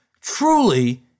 Truly